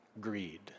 greed